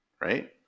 right